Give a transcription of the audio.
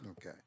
Okay